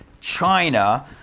China